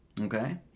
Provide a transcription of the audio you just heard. okay